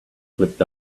flipped